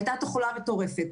הייתה תחלואה מטורפת.